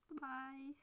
Bye